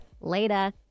Later